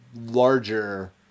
larger